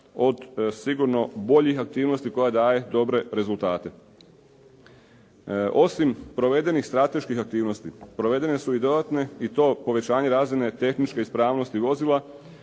od sigurno boljih aktivnosti koja daje dobre rezultate. Osim provedenih strateških aktivnosti, provedene su i dodatne i to povećanje razine tehničke ispravnosti vozila,